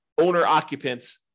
owner-occupants